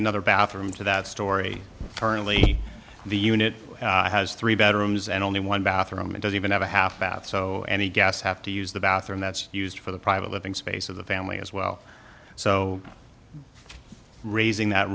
another bathroom to that story currently the unit has three bedrooms and only one bathroom it doesn't even have a half bath so any gas have to use the bathroom that's used for the private living space of the family as well so raising that